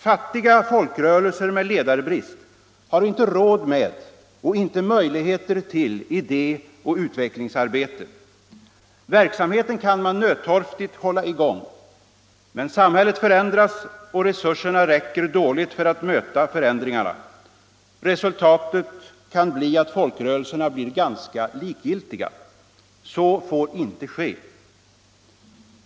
Fattiga folkrörelser med ledarbrist har inte råd med och inte möjligheter till idé och utvecklingsarbete. Verksamheten kan man nödtorftigt hålla i gång. Men samhället förändras, och resurserna räcker dåligt för att möta förändringarna. Resultatet kan bli att folkrörelserna blir ganska likgiltiga. Så får inte ske.